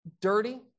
dirty